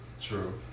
True